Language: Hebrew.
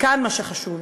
וכאן מה שחשוב,